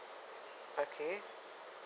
okay